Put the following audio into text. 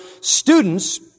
students